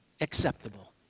acceptable